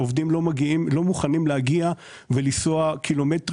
עובדים לא מוכנים להגיע ולנסוע קילומטרים